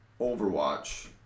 Overwatch